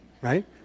right